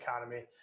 Economy